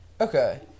Okay